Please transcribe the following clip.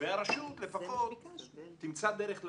והרשות לפחות תמצא דרך להשלים?